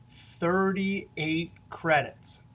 thirty eight credits.